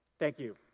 thank you.